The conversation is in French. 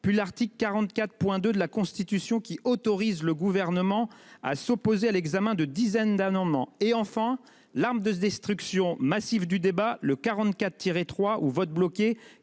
puis l'article 44,2 de la Constitution qui autorise le gouvernement à s'opposer à l'examen de dizaines d'amendements et enfin l'arme de destruction massive du débat le 44 tiré trois au vote bloqué